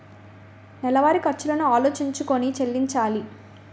నెలవారి ఖర్చులను ఆలోచించుకొని చెల్లించాలి